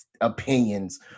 opinions